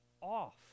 off